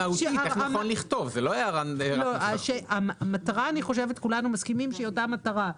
אנחנו מסכימים שהמטרה היא אותה מטרה.